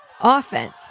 offense